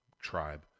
tribe